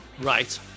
Right